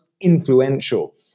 influential